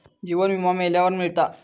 जीवन विमा मेल्यावर मिळता